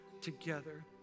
together